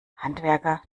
handwerker